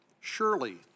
surely